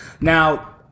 Now